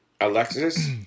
Alexis